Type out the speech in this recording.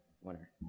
winner